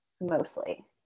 mostly